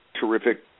terrific